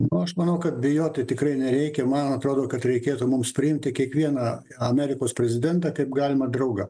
nu aš manau kad bijoti tikrai nereikia man atrodo kad reikėtų mums priimti kiekvieną amerikos prezidentą kaip galimą draugą